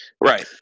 Right